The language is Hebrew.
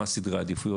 מה סדרי העדיפויות.